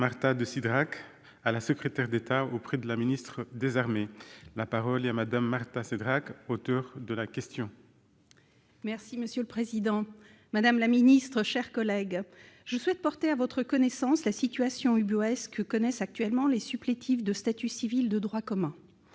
ministre des armées. Madame la secrétaire d'État, je souhaite porter à votre connaissance la situation ubuesque que connaissent actuellement les supplétifs de statut civil de droit commun.